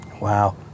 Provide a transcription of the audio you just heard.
Wow